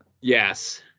Yes